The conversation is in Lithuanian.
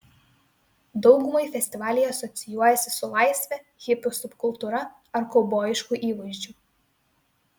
daugumai festivaliai asocijuojasi su laisve hipių subkultūra ar kaubojišku įvaizdžiu